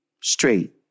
straight